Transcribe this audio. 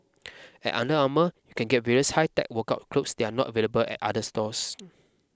at Under Armour you can get various high tech workout clothes that are not available at other stores